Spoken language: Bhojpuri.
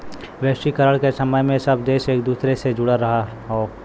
वैश्वीकरण के समय में सब देश एक दूसरे से जुड़ल हौ